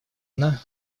она